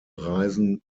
reisen